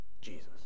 Jesus